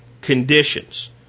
conditions